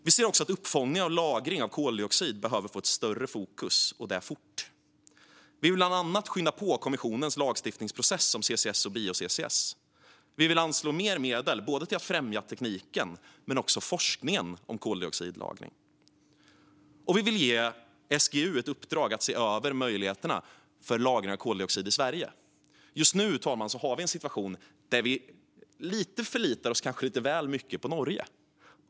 Vi ser att uppfångning och lagring av koldioxid behöver få ett större fokus, och det fort. Vi vill bland annat skynda på kommissionens lagstiftningsprocess om CCS och bio-CCS. Vi vill anslå mer medel till att främja både tekniken för och forskningen om koldioxidlagring, och vi vill ge SGU ett uppdrag att se över möjligheterna till lagring av koldioxid i Sverige. Just nu har vi en situation där vi förlitar oss lite väl mycket på Norge.